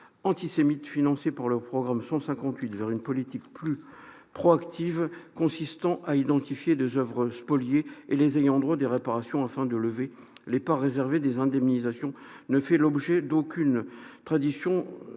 antisémites financées par le programme 158 vers une politique plus proactive consistant à identifier des oeuvres spoliées et les ayants droit des réparations afin de lever les parts réservées des indemnisations ne fait l'objet d'aucune traduction dans